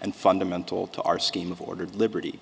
and fundamental to our scheme of ordered liberty